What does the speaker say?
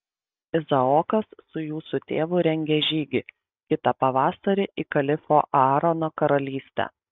izaokas su jūsų tėvu rengia žygį kitą pavasarį į kalifo aarono karalystę